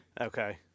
Okay